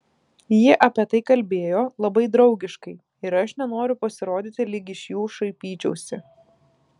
jie apie tai kalbėjo labai draugiškai ir aš nenoriu pasirodyti lyg iš jų šaipyčiausi